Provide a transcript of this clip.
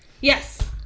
Yes